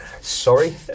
Sorry